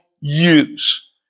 use